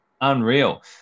unreal